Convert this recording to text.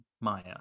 maya